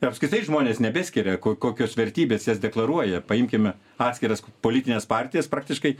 apskritai žmonės nebeskiria ko kokios vertybės jas deklaruoja paimkime atskiras politines partijas praktiškai